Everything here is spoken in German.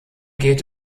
geht